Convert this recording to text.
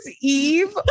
Eve